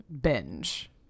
binge